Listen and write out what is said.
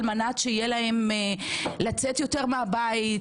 מנת שתהיה להם אפשרות לצאת יותר מהבית,